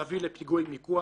יביא לפיגועי מיקוח.